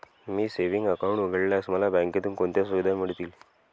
मी savings account उघडल्यास मला बँकेकडून कोणत्या सुविधा मिळतील?